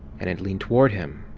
and it leaned toward him,